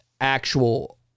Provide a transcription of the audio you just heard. actual